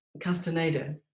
castaneda